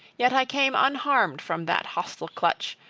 yet i came unharmed from that hostile clutch,